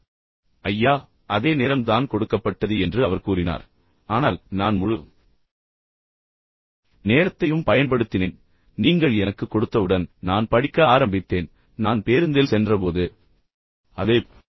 எனவே ஐயா அதே நேரம் தான் கொடுக்கப்பட்டது என்று அவர் கூறினார் ஆனால் நான் முழு நேரத்தையும் பயன்படுத்தினேன் நீங்கள் எனக்குக் கொடுத்தவுடன் நான் படிக்க ஆரம்பித்தேன் நான் பேருந்தில் சென்றபோது அதைப் படித்தேன்